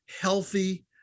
healthy